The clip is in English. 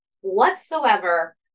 whatsoever